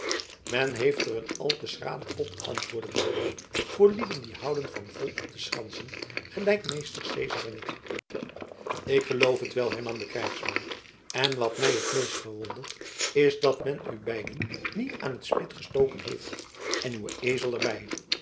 men heeft er een al te schralen pot antwoordde daamke voor lieden die houden van volop te schransen gelijk meester cezar en ik ik geloof het wel hernam de krijgsman en wat mij het meest verwondert is dat men er u beiden niet aan t spit gestoken heeft en uw ezel er